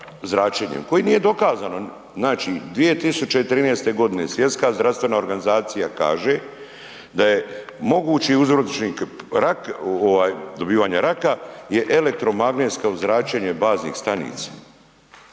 koje nije dokazano. Znači 2013. godine Svjetska zdravstvena organizacija kaže da je mogući uzročnik rak, dobivanja raka je elektromagnetsko zračenje baznih stanica.